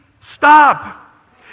stop